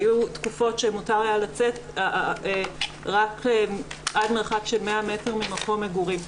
היו תקופות שמותר היה לצאת רק עד מרחק של 100 מטר ממקום מגורים.